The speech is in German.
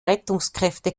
rettungskräfte